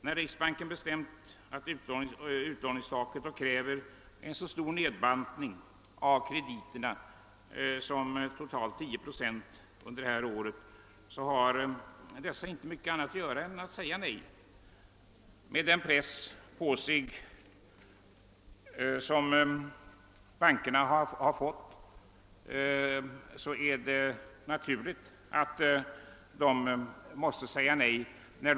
När riksbanken bestämt utlåningstaket och kräver en så stor nedbantning av krediterna som totalt 10 procent, så har bankerna inte mycket annat att göra än att säga nej. Det är helt naturligt med den press bankerna har på sig.